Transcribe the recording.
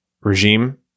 regime